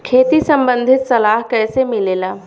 खेती संबंधित सलाह कैसे मिलेला?